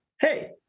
hey